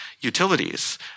utilities